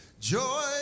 Joy